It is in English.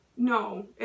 No